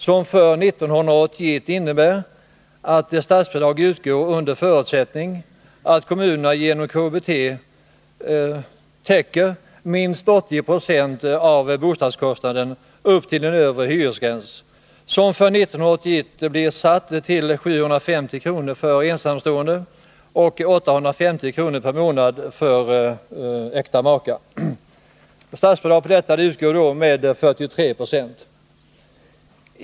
Det innebär att ett statsbidrag för 1981 utgår under förutsättning att kommunerna genom KBT täcker minst 80 90 av bostadskostnaden upp till en övre hyresgräns som för 1981 blev satt till 750 kr. per månad för ensamstående och 850 kr. per månad för äkta makar. Statsbidrag utgår med 43 9.